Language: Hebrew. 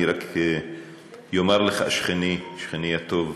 אני רק אומר לך, שכני, שכני הטוב,